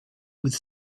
with